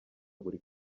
buri